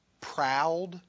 proud